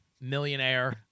millionaire